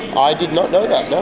i did not know that, no.